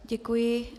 Děkuji.